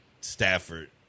Stafford